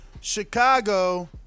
Chicago